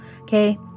okay